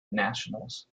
nationals